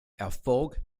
erfolg